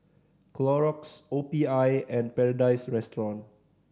Clorox O P I and Paradise Restaurant